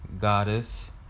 goddess